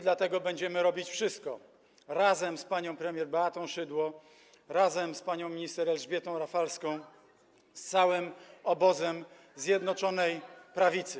Dlatego będziemy robić wszystko razem z panią premier Beatą Szydło, razem z panią minister Elżbietą Rafalską, z całym obozem Zjednoczonej Prawicy.